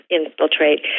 infiltrate